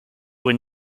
were